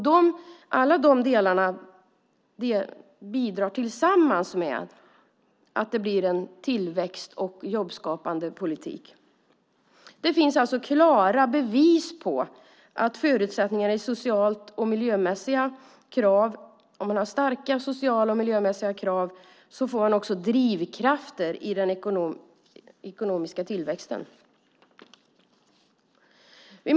Dessa delar bidrar tillsammans till en politik för tillväxt och jobbskapande. Det finns klara bevis på att förbättringar i sociala och miljömässiga krav är drivkrafter för ekonomisk tillväxt.